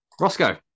Roscoe